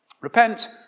Repent